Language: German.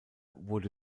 wurde